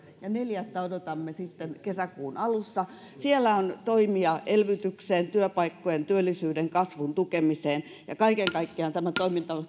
ja neljättä odotamme sitten kesäkuun alussa siellä on toimia elvytykseen työpaikkoihin työllisyyden kasvun tukemiseen ja kaiken kaikkiaan tämä toiminta on